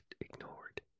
ignored